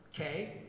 okay